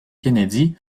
kennedy